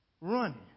running